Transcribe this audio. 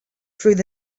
through